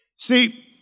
See